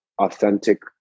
authentic